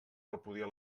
repudiar